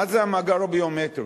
מה זה המאגר הביומטרי?